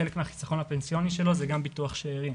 חלק מהחיסכון הפנסיוני שלו זה גם ביטוח שארים